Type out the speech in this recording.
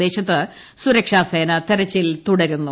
പ്രദേശത്ത് സുരക്ഷാ സേന തിരച്ചിൽ തുടരുന്നു